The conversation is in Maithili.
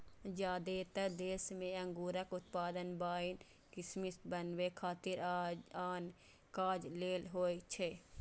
जादेतर देश मे अंगूरक उत्पादन वाइन, किशमिश बनबै खातिर आ आन काज लेल होइ छै